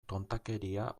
tontakeria